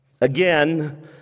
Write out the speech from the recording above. Again